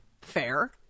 fair